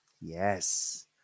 Yes